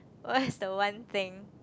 what's the one thing